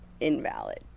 invalid